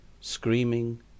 Screaming